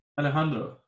Alejandro